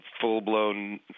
full-blown